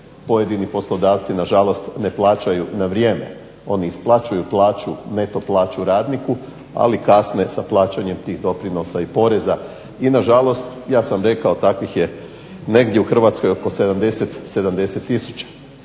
pojedini poslodavci na žalost ne plaćaju na vrijeme. Oni isplaćuju plaću, neto plaću radniku. Ali kasne sa plaćanjem tih doprinosa i poreza. I na žalost ja sam rekao takvih je negdje u Hrvatskoj oko 70000.